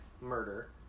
murder